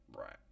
Right